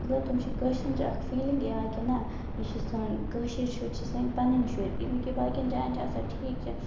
تِم چھِ کٲشِرِین چھِ اکھ فیٖلِنگ یِوان کہِ نہ یہِ چھِ سٲنۍ کٲشِر شُرۍ چھِ سٲنۍ پَنٕنۍ شُرۍ یہِ نہٕ کہِ باقین جاین چھِ آسان ٹھیٖک چھُ